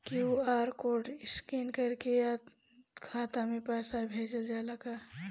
QR code scan करके खाता में पैसा भेजल जाला का?